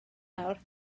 nawr